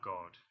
God